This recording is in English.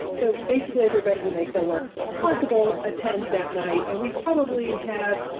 so basically everybody who makes our work possible attends that night and we probably have,